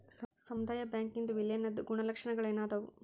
ಸಮುದಾಯ ಬ್ಯಾಂಕಿಂದ್ ವಿಲೇನದ್ ಗುಣಲಕ್ಷಣಗಳೇನದಾವು?